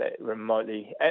remotely